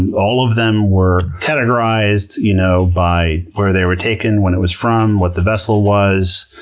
and all of them were categorised you know by where they were taken, when it was from, what the vessel was,